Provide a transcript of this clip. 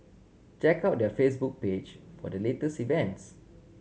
check out their Facebook page for the latest events